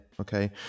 okay